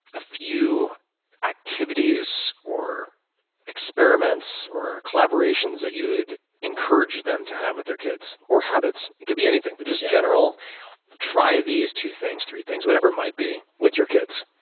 a few activities or experiments or collaborations that you would encourage them to have with their kids or habits? it could be anything, but just general try these two things, three things, whatever it might be with your kids.